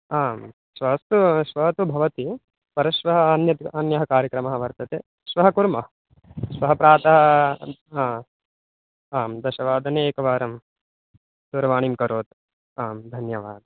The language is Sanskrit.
आं श्व् अस्तु श्वः तु भवति परश्वः अन्यत् अन्यः कार्यक्रमः वर्तते श्वः कुर्मः श्वः प्रातः हा आं दशवादने एकवारं दूरवाणीं करोतु आं धन्यवादः